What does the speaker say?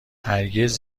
هرگز